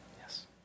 Yes